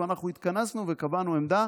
אנחנו התכנסנו וקבענו עמדה